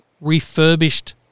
refurbished